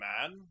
man